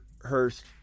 Hurst